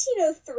1903